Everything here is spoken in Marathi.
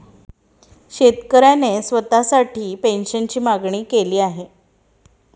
शेतकऱ्याने स्वतःसाठी पेन्शनची मागणी केली आहे